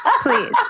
please